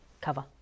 cover